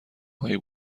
هایی